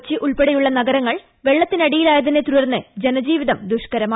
കൊച്ചി ഉൾപ്പെടെയുള്ള നഗരങ്ങൾ വെള്ളത്തിനടിയിലായതിനെ തുടർന്ന് ജനജീവിതം ദുഷ്കരമായി